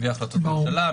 מגיעה להחלטות ממשלה,